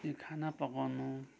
खाना पकाउनु